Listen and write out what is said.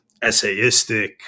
essayistic